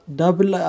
double